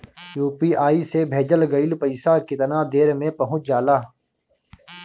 UPI से भेजल गईल पईसा कितना देर में पहुंच जाला?